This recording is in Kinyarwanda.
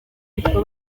bitwa